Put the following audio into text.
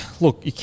Look